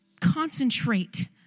concentrate